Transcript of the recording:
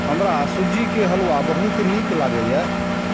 हमरा सूजी के हलुआ बहुत नीक लागैए